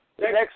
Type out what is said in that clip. Next